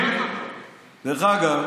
בסדר.